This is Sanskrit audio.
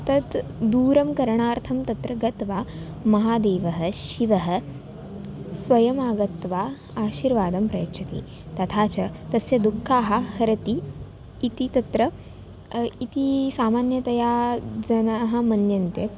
तत् दूरीकरणार्थं तत्र गत्वा महादेवः शिवः स्वयम् आगत्य आशीर्वादं प्रयच्छति तथा च तस्य दुःखान् हरति इति तत्र इति सामान्यतया जनाः मन्यन्ते